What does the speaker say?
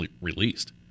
released